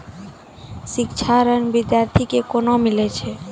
शिक्षा ऋण बिद्यार्थी के कोना मिलै छै?